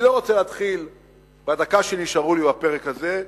אני לא רוצה להתחיל בדקה שנשארה לי בפרק הזה,